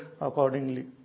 accordingly